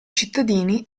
cittadini